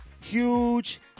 huge